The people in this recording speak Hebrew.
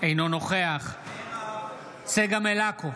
אינו נוכח צגה מלקו,